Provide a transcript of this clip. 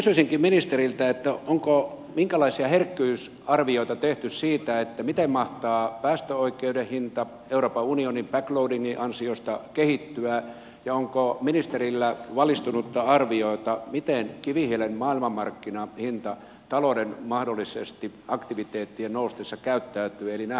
minä kysyisikin ministeriltä onko minkälaisia herkkyysarvioita tehty siitä miten mahtaa päästöoikeuden hinta euroopan unionin backloadingin ansiosta kehittyä ja onko ministerillä valistunutta arviota miten kivihiilen maailmanmarkkinahinta talouden aktiviteettien mahdollisesti noustessa käyttäytyy nämähän ovat aivan ratkaisevia tekijöitä